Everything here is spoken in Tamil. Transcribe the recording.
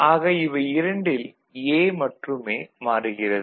ஆக இவை இரண்டில் A மட்டுமே மாறுகிறது